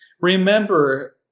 remember